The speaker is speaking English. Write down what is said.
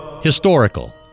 Historical